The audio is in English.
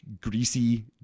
greasy